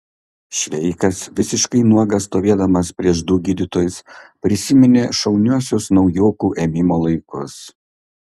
šveikas visiškai nuogas stovėdamas prieš du gydytojus prisiminė šauniuosius naujokų ėmimo laikus